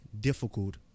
difficult